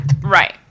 Right